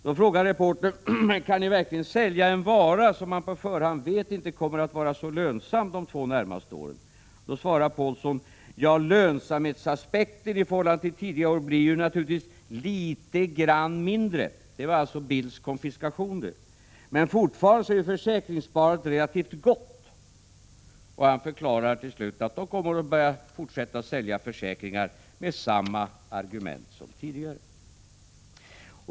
Då frågar reportern: Kan ni verkligen sälja en vara som man på förhand vet inte kommer att vara så lönsam de två närmaste åren? Pålsson svarar: Ja, lönsamhetsaspekten i förhållande till tidigare år blir naturligtvis litet grand mindre, men fortfarande är försäkringssparandet relativt gott. Det var alltså Bildts konfiskation det! Till slut förklarar Pålsson att bolaget kommer att fortsätta att sälja försäkringar med samma argument som tidigare.